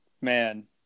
man